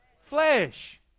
flesh